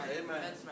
Amen